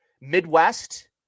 Midwest